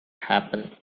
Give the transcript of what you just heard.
happen